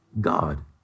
God